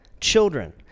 Children